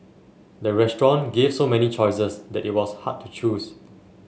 the restaurant gave so many choices that it was hard to choose